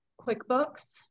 QuickBooks